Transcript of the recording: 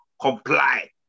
comply